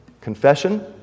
Confession